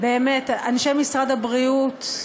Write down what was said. אנשי משרד הבריאות,